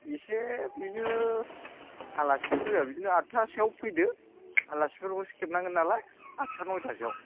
इसे बिदिनो आलासिफोर फैबा बिदिनो आटतासोआव फैदो आलासिफोरखौसो खेबनांगोन नालाय आटता नयटासोआव